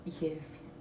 yes